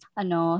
ano